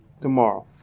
tomorrow